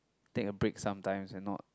take a break sometimes and not